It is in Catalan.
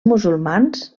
musulmans